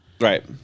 Right